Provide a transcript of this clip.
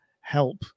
help